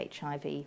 HIV